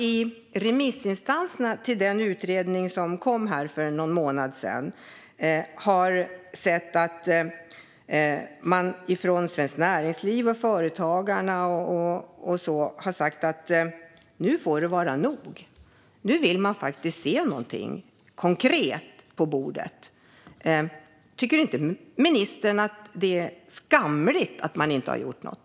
I remisserna på den utredning som kom för någon månad sedan har man från Svenskt Näringsliv, Företagarna och andra sagt: Nu får det vara nog! Nu vill man faktiskt se något konkret på bordet. Tycker inte ministern att det är skamligt att man inte har gjort något?